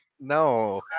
No